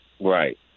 Right